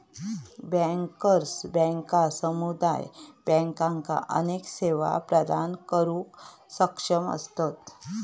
bankers बँका समुदाय बँकांका अनेक सेवा प्रदान करुक सक्षम असतत